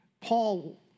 Paul